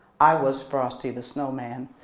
i was frosty the snowman